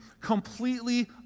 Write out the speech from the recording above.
Completely